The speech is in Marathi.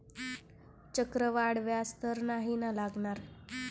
चक्रवाढ व्याज तर नाही ना लागणार?